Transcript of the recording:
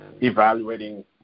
evaluating